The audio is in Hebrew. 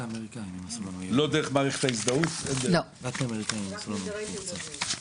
רק נעדרי תעודות זהות.